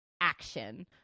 action